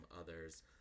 others